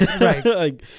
Right